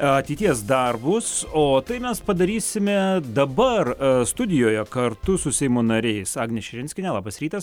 ateities darbus o tai mes padarysime dabar studijoje kartu su seimo nariais agne širinskiene labas rytas